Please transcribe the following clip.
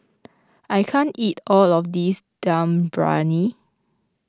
I can't eat all of this Dum Briyani